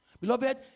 Beloved